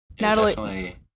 natalie